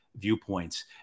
viewpoints